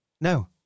No